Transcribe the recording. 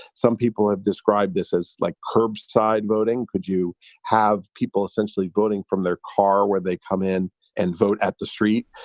some people have described. this is like curbside voting. could you have people essentially voting from their car where they come in and vote at the street?